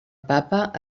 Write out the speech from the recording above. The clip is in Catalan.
papa